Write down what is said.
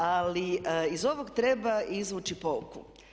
Ali iz ovog treba izvući pouku.